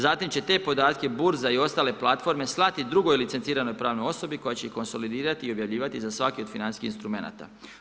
Zatim će te podatke burza i ostale platforme slati drugoj licenciranoj pravnoj osobi koja će ih konsolidirati i objavljivati za svaki od financijskih instrumenata.